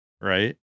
right